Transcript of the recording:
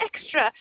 extra